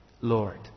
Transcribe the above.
Lord